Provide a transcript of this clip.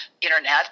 internet